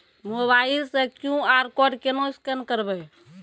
Mobile से QR code केना scan करबै?